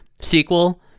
sequel